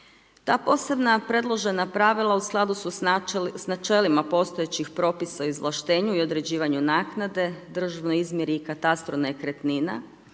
Ta posebna predložena pravila u skladu su s načelima postojećih propisa o izvlaštenju i određivanju naknade …/nerazumljivo/… izmjeri i katastru nekretnina,